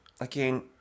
again